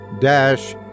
dash